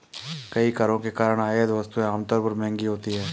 कई करों के कारण आयात वस्तुएं आमतौर पर महंगी होती हैं